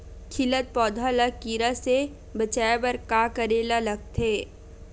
खिलत पौधा ल कीरा से बचाय बर का करेला लगथे?